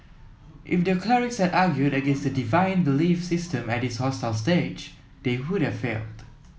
if the clerics had argued against the deviant belief system at this hostile stage they would have failed